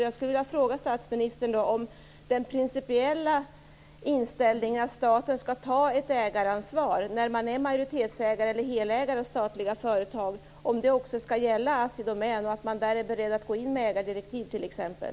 Jag skulle vilja fråga statsministern om den principiella inställningen, att staten skall ta ett ägaransvar när staten är majoritetsägare eller helägare av statliga företag, också skall gälla Assi Domän. Är man beredd att där gå in med ägardirektiv t.ex.?